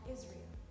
Israel